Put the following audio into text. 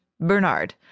Bernard